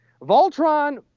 Voltron